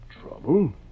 Trouble